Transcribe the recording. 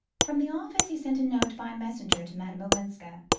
from the office he sent a note by messenger to madame olenska,